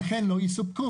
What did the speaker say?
אכן לא יספקו.